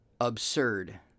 Absurd